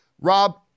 Rob